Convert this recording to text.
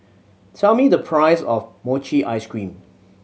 tell me the price of mochi ice cream